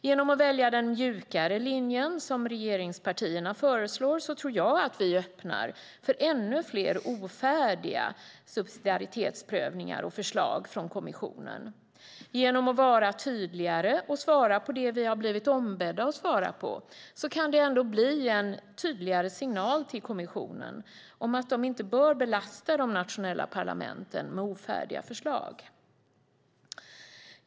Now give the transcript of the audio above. Genom att välja den mjukare linjen, som regeringspartierna föreslår, tror jag att vi öppnar för ännu fler ofärdiga subsidiaritetsprövningar och förslag från kommissionen. Genom att vara tydligare och svara på det vi har blivit ombedda att svara på kan det ändå bli en tydligare signal till kommissionen om att de inte bör belasta de nationella parlamenten med ofärdiga förslag.